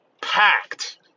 Packed